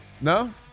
No